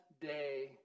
day